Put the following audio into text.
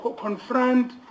confront